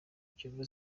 kiyovu